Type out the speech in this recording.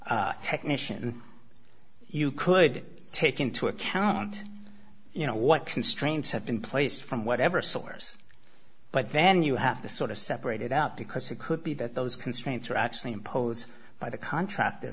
the technician you could take into account you know what constraints have been placed from whatever source but then you have this sort of separated out because it could be that those constraints are actually imposed by the contract